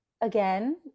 again